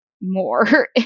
more